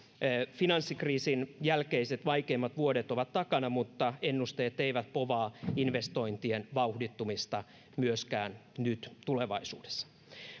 finanssikriisin jälkeiset vaikeimmat vuodet ovat takana mutta ennusteet eivät povaa investointien vauhdittumista myöskään nyt tulevaisuudessa